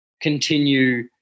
continue